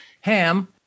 ham